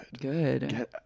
Good